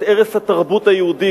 את ערש התרבות היהודית,